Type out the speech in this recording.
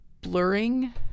blurring